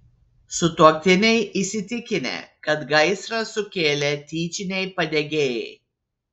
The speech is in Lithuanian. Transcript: sutuoktiniai įsitikinę kad gaisrą sukėlė tyčiniai padegėjai